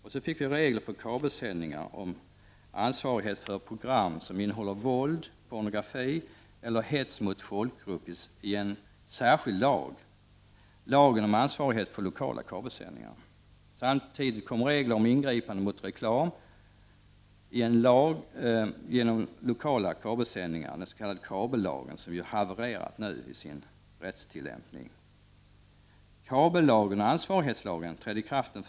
Vi fick i en särskild lag regler om ansvarighet för program som innehåller våld, pornografi eller hets mot folkgrupp, lagen om ansvarighet för lokala kabelsändningar. Samtidigt kom regler om ingripande mot reklam i lagen om lokala kabelsändningar, den s.k. kabellagen, som nu har havererat i sin rättstillämpning. Herr talman!